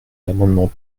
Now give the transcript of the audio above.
l’amendement